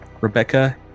Rebecca